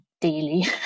daily